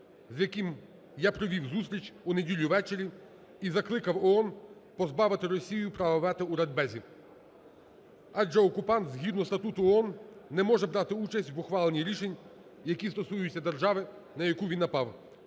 з яким я провів зустріч у неділю ввечері, і закликав ООН позбавити Росію права вето у Радбезі. Адже окупант згідно статуту ООН не може брати участь в ухваленні рішень, які стосуються держави, на яку він напав.